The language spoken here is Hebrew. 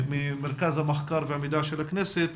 ממרכז המחקר והמידע של הכנסת,